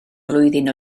flwyddyn